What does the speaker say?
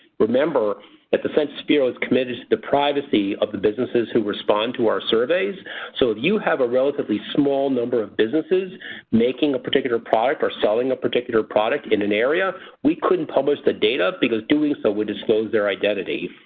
remember the census bureau is committed to the privacy of the businesses who respond to our surveys so if you have a relatively small number of businesses making a particular product or selling a particular product in an area we couldn't publish the data because doing so would disclose their identity.